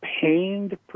pained